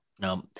no